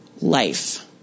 life